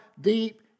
deep